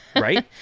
right